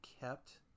kept